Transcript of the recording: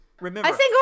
Remember